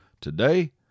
Today